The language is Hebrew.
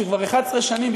שכבר 11 שנים,